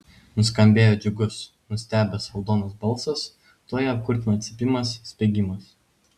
nuskambėjo džiugus nustebęs aldonos balsas tuoj ją apkurtino cypimas spiegimas